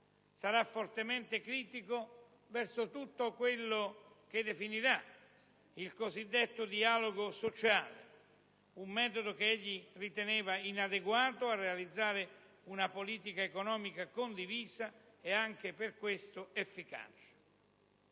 Sarà fortemente critico verso tutto quello che definirà il «dialogo sociale», un metodo che riteneva inadeguato a realizzare una politica economica condivisa ed anche per questo efficace.